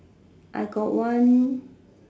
I got one